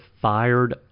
fired